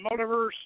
multiverse